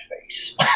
face